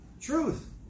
truth